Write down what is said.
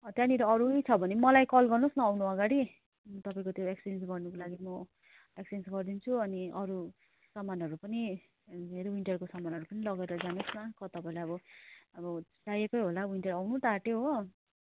त्यहाँनेर अरू छ भने मलाई कल गर्नु होस् न आउनु अगाडि तपाईँको त्यो एक्सचेन्ज गर्नुको लागि म एक्सचेन्ज गरिदिन्छु अनि अरू सामानहरू पनि विन्टरको सामानहरू पनि लगेर जानु होस् न तपाईँलाई अब अब चाहिएकै त होला अब विन्टर आउनु त आँट्यो हो